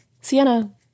Sienna